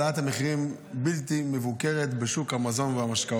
מחירים בלתי מבוקרת בשוק המזון והמשקאות.